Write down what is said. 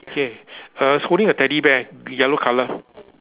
okay err it's holding a Teddy bear yellow colour